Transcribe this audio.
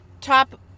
Top